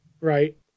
Right